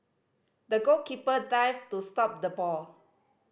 the goalkeeper dived to stop the ball